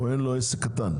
או אין לו עסק קטן.